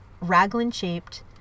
raglan-shaped